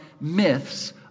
myths